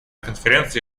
конференции